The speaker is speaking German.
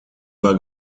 war